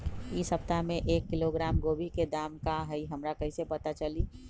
इ सप्ताह में एक किलोग्राम गोभी के दाम का हई हमरा कईसे पता चली?